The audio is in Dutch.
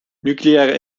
nucleaire